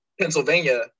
Pennsylvania